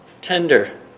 tender